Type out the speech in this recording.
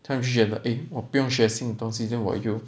他们就觉得 eh 我不用学新的东西 then 我又